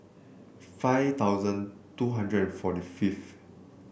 five thousand two hundred and forty fifth